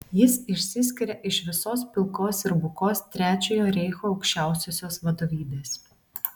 jis išsiskiria iš visos pilkos ir bukos trečiojo reicho aukščiausiosios vadovybės